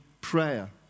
prayer